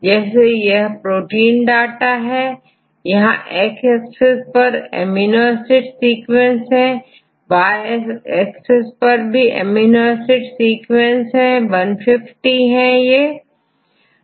जैसे यह protein data है यहां x axis पर एमिनो एसिड सीक्वेंस है y axis पर यह अमीनो एसिड सीक्वेंस 150 है